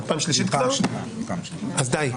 אז די.